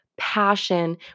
passion